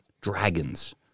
Dragons